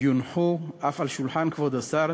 יונחו אף על שולחן כבוד השר,